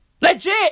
Legit